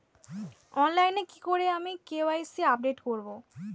অনলাইনে কি করে আমি কে.ওয়াই.সি আপডেট করব?